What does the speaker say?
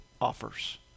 offers